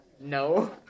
No